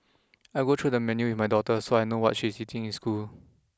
I will go through the menu with my daughter so I know what she is eating in school